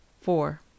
four